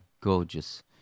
Gorgeous